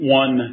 one